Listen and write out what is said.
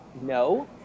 no